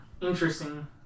interesting